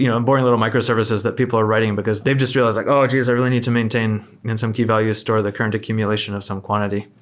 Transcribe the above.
you know onboarding little microservices that people are writing because they've just realized like, oh! geez! i really need to maintain in some key value store the current accumulation of some quantity.